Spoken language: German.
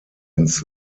ins